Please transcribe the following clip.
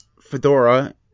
Fedora